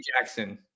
Jackson